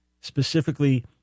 specifically